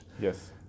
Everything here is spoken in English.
Yes